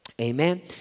Amen